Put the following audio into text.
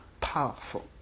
powerful